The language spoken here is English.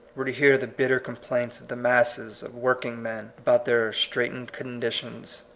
were to hear the bitter com plaints of the masses of working-men about their straitened conditions,